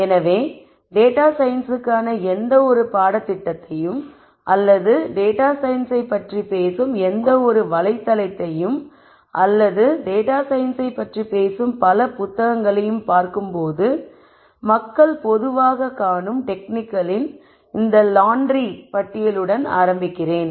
எனவே டேட்டா சயின்ஸ்க்கான எந்தவொரு பாடத்திட்டத்தையும் அல்லது டேட்டா சயின்ஸை பற்றி பேசும் எந்தவொரு வலைத்தளத்தையும் அல்லது டேட்டா சயின்ஸை பற்றி பேசும் பல புத்தகங்களையும் பார்க்கும்போது மக்கள் பொதுவாகக் காணும் டெக்னிக்களின் இந்த லாண்டரி பட்டியலுடன் ஆரம்பிக்கிறேன்